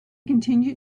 continue